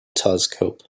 telescope